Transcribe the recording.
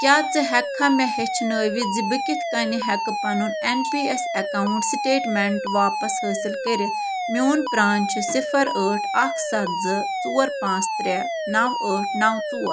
کیٛاہ ژٕ ہٮ۪ککھا مےٚ ہیٚچھنٲوِتھ زِ بہٕ کِتھ کٔنۍ ہٮ۪کہٕ پنُن N P S account statement واپس حٲصِل کٔرِتھ میون پرٛان چھُ صِفر ٲٹھ اَکھ سَتھ زٕ ژور پانٛژھ ترٛےٚ نَو ٲٹھ نَو ژور